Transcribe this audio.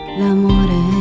l'amore